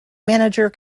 manager